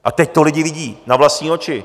A teď to lidi vidí na vlastní oči.